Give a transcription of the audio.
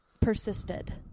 persisted